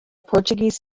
portuguese